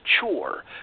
chore